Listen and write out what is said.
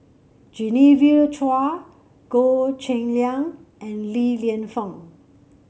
Genevieve Chua Goh Cheng Liang and Li Lienfung